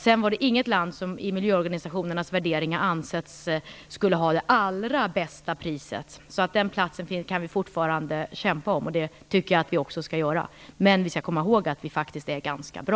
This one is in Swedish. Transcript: Det var inget land som i miljöorganisationernas värdering ansågs skulle ha det allra bästa priset. Den platsen kan vi fortfarande kämpa om. Det tycker jag att vi också skall göra, men vi skall komma ihåg att vi faktiskt är ganska bra.